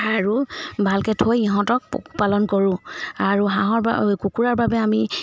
আৰু ভালকৈ থৈ ইহঁতক পোহ পালন কৰো আৰু হাঁহৰ বা কুকুৰাৰ বাবে আমি